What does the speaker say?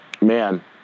man